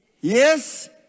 Yes